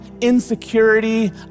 insecurity